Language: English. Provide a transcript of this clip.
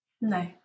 No